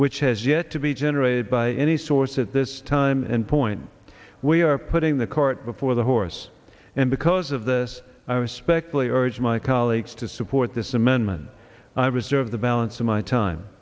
which has yet to be generated by any source at this time and point we are putting the cart before the horse and because of this i was speculate or urge my colleagues to support this amendment i reserve the balance of my time